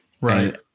right